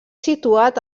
situat